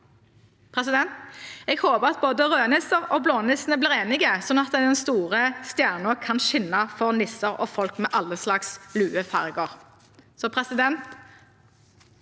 Jeg håper at rødnissene og blånissene blir enige, sånn at den store stjernen kan skinne for nisser og folk med alle slags luefarger.